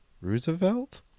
roosevelt